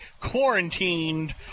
quarantined